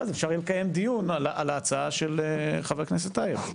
ואז אפשר יהיה לקיים דיון על ההצעה של חה"כ טייב.